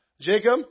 Jacob